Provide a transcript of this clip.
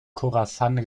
chorasan